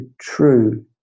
true